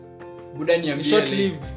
Short-lived